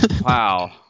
Wow